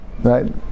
Right